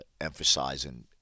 emphasizing